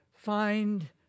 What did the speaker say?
find